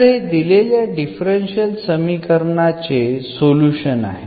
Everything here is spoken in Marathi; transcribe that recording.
तर हे दिलेल्या डिफरन्शियल समीकरणाच्या सोल्युशन आहे